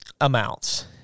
amounts